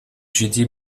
judy